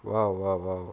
!wow! !wow! !wow!